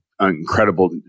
incredible